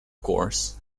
course